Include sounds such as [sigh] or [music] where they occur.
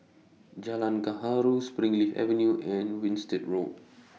Jalan Gaharu Springleaf Avenue and Winstedt Road [noise]